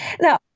Now